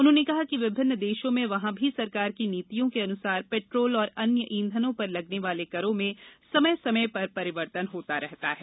उन्होंने कहा कि विभिन्न देशों में वहां की सरकार की नीतियों के अनुसार पैट्रोल और अन्य ईंधनों पर लगने वाले करों में समय समय पर परिवर्तन होता रहता है